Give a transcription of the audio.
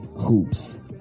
hoops